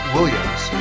Williams